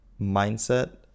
mindset